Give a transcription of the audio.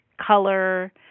color